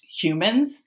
humans